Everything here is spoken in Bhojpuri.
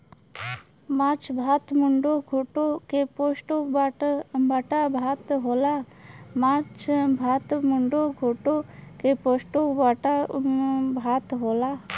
माछ भात मुडो घोन्टो के पोस्तो बाटा भात होला